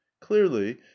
clearly